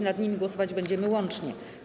Nad nimi głosować będziemy łącznie.